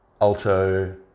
Alto